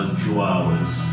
chihuahuas